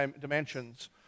dimensions